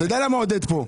אבל אתה יודע למה עודד פה?